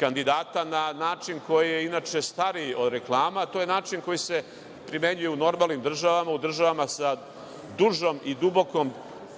kandidata na način koji je inače stariji od reklama, a to je način koji se primenjuje u normalnim državama, u državama sa dužom i dubokom